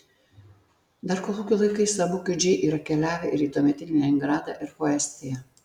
dar kolūkių laikais abu kiudžiai yra keliavę ir į tuometį leningradą ir po estiją